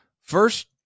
First